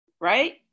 Right